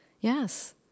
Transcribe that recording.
Yes